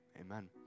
amen